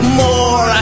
more